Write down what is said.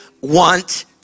want